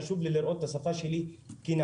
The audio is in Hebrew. חשוב לי לראות את השפה שלי תקינה,